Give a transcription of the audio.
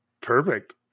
Perfect